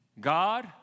God